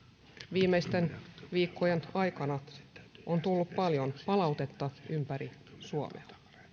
viimeisten viikkojen aikana on tullut paljon palautetta ympäri suomea